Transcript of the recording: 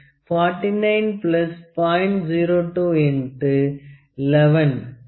02 X 11 49